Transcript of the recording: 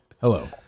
Hello